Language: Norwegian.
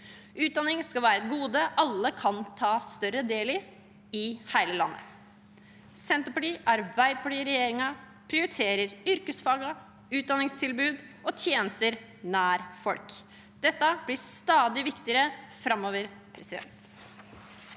Utdanning skal være et gode alle kan ta større del i – i hele landet. Senterparti–Arbeiderparti-regjeringen prioriterer yrkesfagene og utdanningstilbud og tjenester nær folk. Det blir stadig viktigere framover. Christian